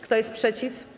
Kto jest przeciw?